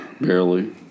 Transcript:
Barely